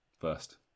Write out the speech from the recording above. first